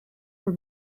for